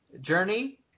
Journey